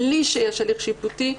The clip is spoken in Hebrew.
בלי שיש הליך שיפוטי,